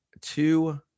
two